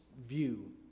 view